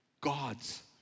God's